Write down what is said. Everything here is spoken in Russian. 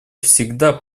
всегда